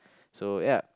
so ya